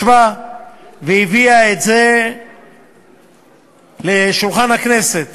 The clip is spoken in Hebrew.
ישבה והביאה את זה לשולחן הכנסת